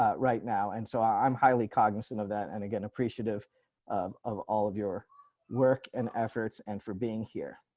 ah right now, and so i'm highly cognizant of that and again appreciative of of all of your work and efforts and for being here.